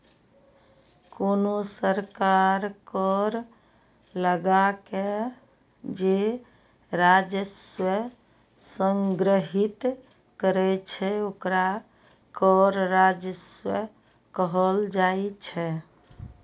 कोनो सरकार कर लगाके जे राजस्व संग्रहीत करै छै, ओकरा कर राजस्व कहल जाइ छै